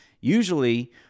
Usually